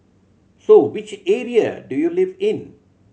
so which area do you live in